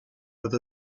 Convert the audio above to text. with